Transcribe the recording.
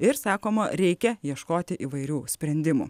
ir sakoma reikia ieškoti įvairių sprendimų